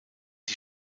die